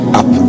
up